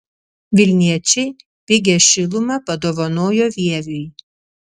vilniečiai pigią šilumą padovanojo vieviui